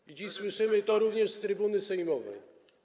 I dziś słyszymy to również z trybuny sejmowej.